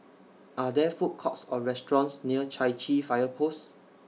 Are There Food Courts Or restaurants near Chai Chee Fire Post